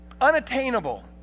unattainable